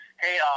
Hey